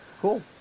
Cool